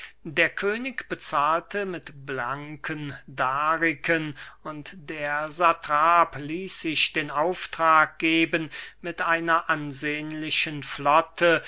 der könig bezahlte mit blanken dariken und der satrap ließ sich den auftrag geben mit einer ansehnlichen flotte